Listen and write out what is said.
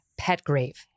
Petgrave